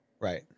Right